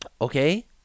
Okay